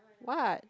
what